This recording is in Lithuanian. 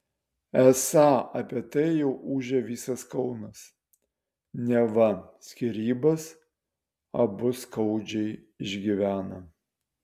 esą apie tai jau ūžia visas kaunas neva skyrybas abu skaudžiai išgyvena